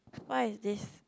what is this